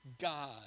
God